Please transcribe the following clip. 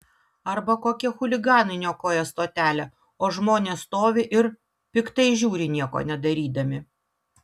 arba kokie chuliganai niokoja stotelę o žmonės stovi ir piktai žiūri nieko nedarydami